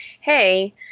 hey